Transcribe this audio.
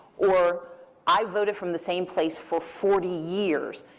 or i voted from the same place for forty years.